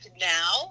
now